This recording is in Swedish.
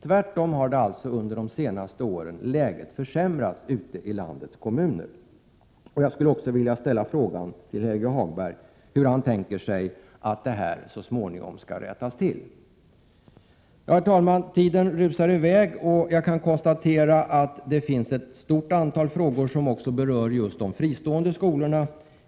Läget har tvärtom under de senaste åren försämrats ute i landets kommuner. Jag skulle vilja fråga Helge Hagberg hur han tänker sig att detta så småningom skall rättas till. Herr talman! Tiden rusar i väg, och jag kan konstatera att det i betänkandet finns ett stort antal frågor som berör just de fristående skolorna.